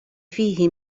فيه